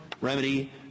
remedy